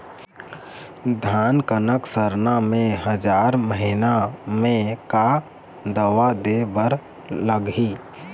धान कनक सरना मे हजार महीना मे का दवा दे बर लगही?